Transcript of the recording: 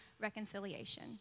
reconciliation